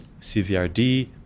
CVRD